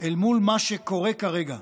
אל מול מה שקורה כרגע.